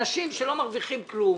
אנשים שלא מרוויחים כלום,